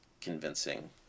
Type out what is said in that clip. convincing